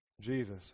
Jesus